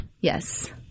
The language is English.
Yes